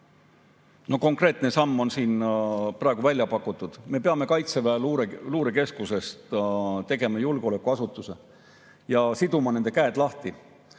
No konkreetne samm on siin praegu välja pakutud. Me peame Kaitseväe Luurekeskusest tegema julgeolekuasutuse ja siduma nende käed lahti.